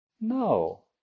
No